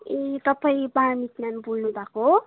ए तपाईँ बानिज मेम बोल्नु भएको हो